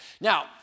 Now